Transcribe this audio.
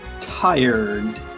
Tired